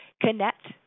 connect